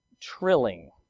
trilling